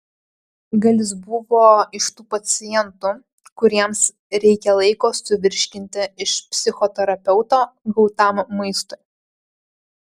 gal jis buvo iš tų pacientų kuriems reikia laiko suvirškinti iš psichoterapeuto gautam maistui